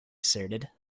asserted